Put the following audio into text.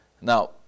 Now